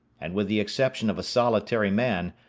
and with the exception of a solitary man,